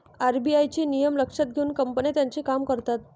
RBI चे नियम लक्षात घेऊन कंपन्या त्यांचे काम करतात